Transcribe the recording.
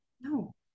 no